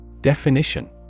Definition